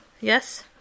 Yes